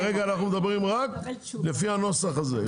כרגע אנחנו מדברים רק לפי הנוסח הזה.